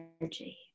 energy